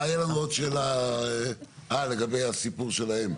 מה היה לנו עוד שאלה, אה, לגבי הסיפור שלהם.